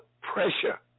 pressure